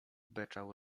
beczał